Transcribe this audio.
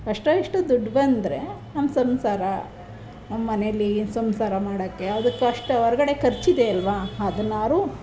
ಅಷ್ಟೋ ಇಷ್ಟೋ ದುಡ್ಡು ಬಂದರೆ ನಮ್ಮ ಸಂಸಾರ ನಮ್ಮ ಮನೇಲಿ ಸಂಸಾರ ಮಾಡೋಕ್ಕೆ ಹೊರ್ಗಡೆ ಖರ್ಚಿದೆಯಲ್ವ ಅದನ್ನಾದ್ರು